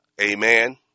Amen